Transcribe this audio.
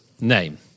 name